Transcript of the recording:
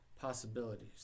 possibilities